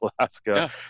Alaska